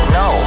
no